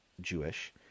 Jewish